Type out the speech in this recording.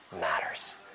matters